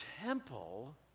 temple